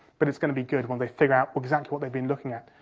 but it's going to be good when they figure out exactly what they've been looking at.